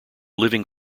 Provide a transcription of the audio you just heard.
living